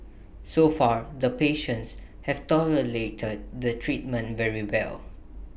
so far the patients have tolerated the treatment very well